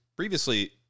Previously